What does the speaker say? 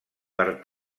per